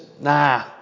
nah